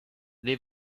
they